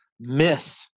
miss